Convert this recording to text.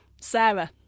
sarah